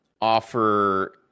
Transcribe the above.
Offer